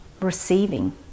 receiving